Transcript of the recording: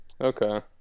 Okay